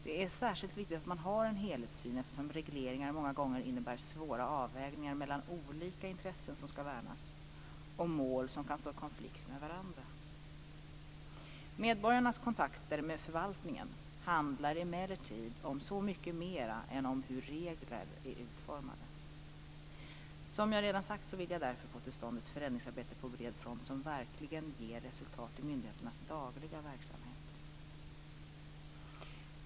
Det är särskilt viktigt att man har en helhetssyn eftersom regleringar många gånger innebär svåra avvägningar mellan olika intressen som skall värnas och mål som kan stå i konflikt med varandra. Medborgarnas kontakter med förvaltningen handlar emellertid om så mycket mera än om hur regler är utformade. Som jag redan har sagt vill jag därför få till stånd ett förändringsarbete på bred front som verkligen ger resultat i myndigheternas dagliga verksamhet.